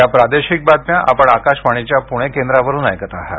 या प्रादेशिक बातम्या आपण आकाशवाणीच्या पुणे केंद्रावरून ऐकत आहात